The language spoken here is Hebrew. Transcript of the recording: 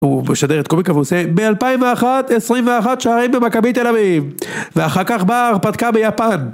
הוא משדר את קומיקה ועושה ב-2001 21 שערים במכבי תל אביב ואחר כך באה הרפתקה ביפן